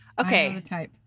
Okay